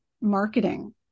marketing